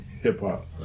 hip-hop